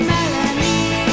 Melanie